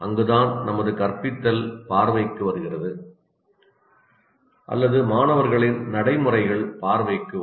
அங்குதான் நமது கற்பித்தல் பார்வைக்கு வருகிறது அல்லது மாணவர்களின் நடைமுறைகள் பார்வைக்கு வரும்